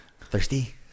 Thirsty